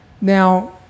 Now